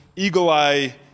eagle-eye